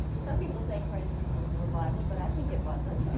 some people say crazy for you was a revival, but i think it wasn't.